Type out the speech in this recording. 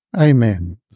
Amen